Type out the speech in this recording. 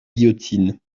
guillotine